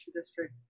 District